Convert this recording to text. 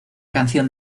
canción